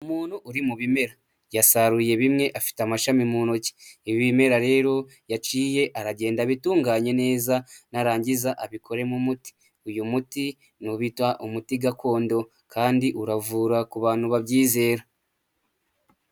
Umuntu uri mu bimera yasaruye bimwe afite amashami mu ntoki, ibi bimera rero yaciye aragenda bitunganye neza narangiza abikoremo muti, uyu muti niwo bita umuti gakondo kandi uravura ku bantu babyizera.